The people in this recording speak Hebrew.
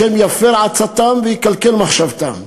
ה' יפר עצתם ויקלקל מחשבתם.